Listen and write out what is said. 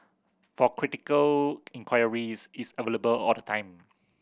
for critical inquiries it's available all the time